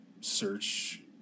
search